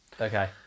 Okay